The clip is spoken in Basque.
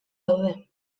daude